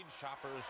Shoppers